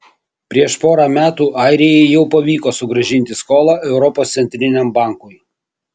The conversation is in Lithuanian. prieš porą metų airijai jau pavyko sugrąžinti skolą europos centriniam bankui